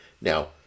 Now